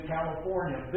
California